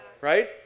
Right